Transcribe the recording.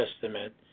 Testament